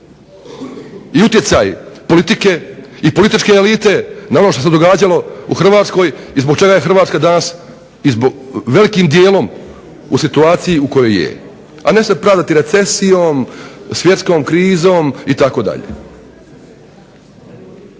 i utjecaj politike i političke elite na ono što se događalo u Hrvatskoj i zbog čega je Hrvatska danas velikim dijelom u situaciji u kojoj je, a ne se pravdati recesijom, svjetskom krizom itd.